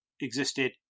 existed